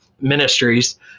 ministries